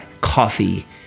coffee